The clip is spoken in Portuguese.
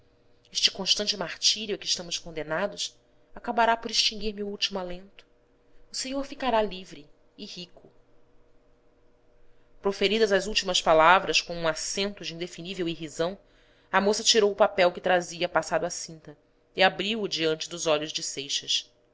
este constante martírio a que estamos condenados acabará por extinguir me o último alento o senhor ficará livre e rico proferidas as últimas palavras com um acento de indefinível irrisão a moça tirou o papel que trazia passado à cinta e abriu-o diante dos olhos de seixas